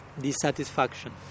dissatisfaction